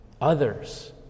others